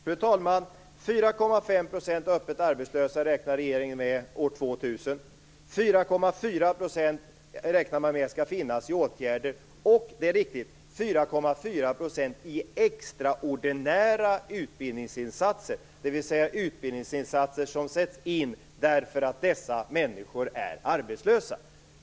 Fru talman! 4,5 % öppet arbetslösa räknar regeringen med år 2000. 4,4 % räknar man med skall finnas i åtgärder och - det är riktigt - 4,4 % i extraordinära utbildningsinsatser, dvs. utbildningsinsatser som sätts in därför att dessa människor är arbetslösa.